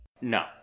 No